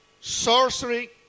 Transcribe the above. sorcery